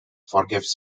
forgives